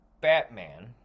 Batman